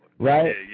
right